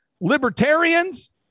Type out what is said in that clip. Libertarians